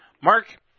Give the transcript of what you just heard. Mark